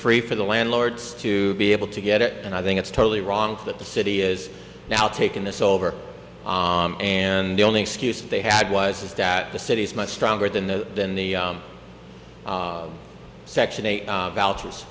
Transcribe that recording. free for the landlords to be able to get it and i think it's totally wrong that the city is now taking this over and the only excuse they had was that the city is much stronger than the than the section eight vouchers